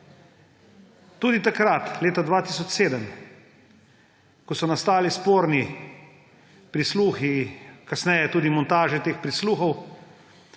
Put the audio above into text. Tudi takrat, leta 2007, ko so nastali sporni prisluhi, kasneje tudi montaže tez prisluhov,